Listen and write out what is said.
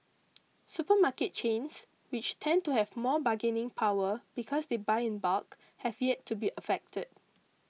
supermarket chains which tend to have more bargaining power because they buy in bulk have yet to be affected